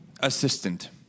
assistant